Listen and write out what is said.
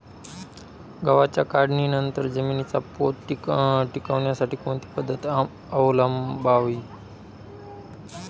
गव्हाच्या काढणीनंतर जमिनीचा पोत टिकवण्यासाठी कोणती पद्धत अवलंबवावी?